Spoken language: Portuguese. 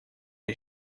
não